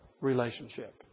relationship